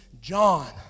John